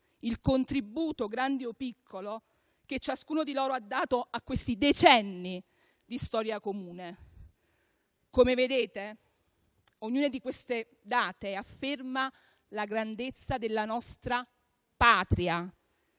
il contributo, grande o piccolo, che ciascuno di loro ha dato a questi decenni di storia comune. Come vedete, ognuna di queste date afferma la grandezza della nostra Patria;